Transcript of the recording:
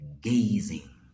gazing